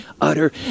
utter